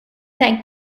that